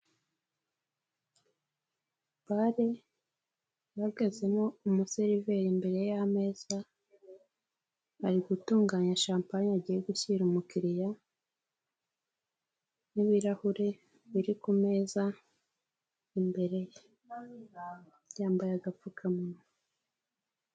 Bare ihagazemo umuseriveri imbere y'ameza, ari gutunganya shampanye agiye gushyira umukiriya n'ibirahure biri ku meza imbere ye, yambaye agapfukamunwa.